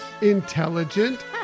intelligent